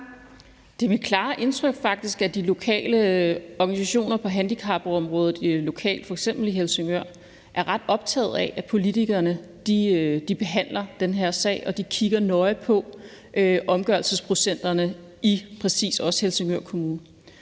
faktisk mit klare indtryk, at de lokale organisationer på handicapområdet, f.eks. i Helsingør, er ret optaget af, at politikerne behandler den her sag, og de kigger nøje på omgørelsesprocenterne i præcis også Helsingør Kommune.